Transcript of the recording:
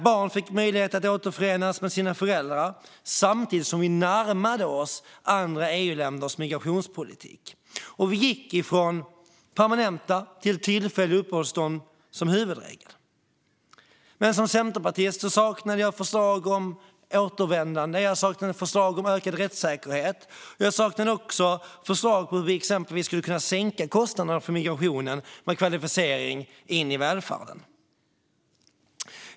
Barn fick möjlighet att återförenas med sina föräldrar samtidigt som vi närmade oss andra EU-länders migrationspolitik och gick från permanenta till tillfälliga uppehållstillstånd som huvudregel. Som centerpartist saknade jag dock förslag om återvändande, och jag saknade förslag om ökad rättssäkerhet. Jag saknade också förslag om hur vi skulle sänka kostnaderna för migrationen med kvalificering in i välfärden.